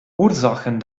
ursachen